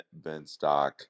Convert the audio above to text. Benstock